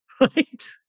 right